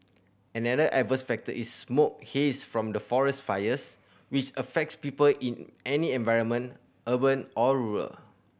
another adverse factor is smoke haze from forest fires which affects people in any environment urban or rural